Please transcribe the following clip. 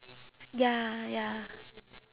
ya ya